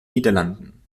niederlanden